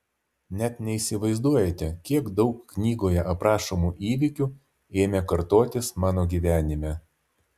net neįsivaizduojate kiek daug knygoje aprašomų įvykių ėmė kartotis mano gyvenime